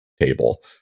table